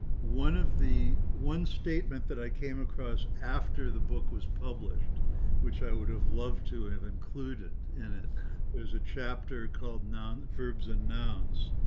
one of the one statement that i came across after the book was published which i would have loved to have included in it is a chapter called non verbs and nouns.